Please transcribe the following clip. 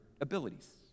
abilities